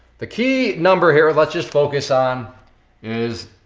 the key number here, let's just focus on is